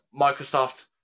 Microsoft